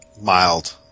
mild